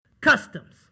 customs